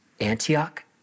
Antioch